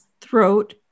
throat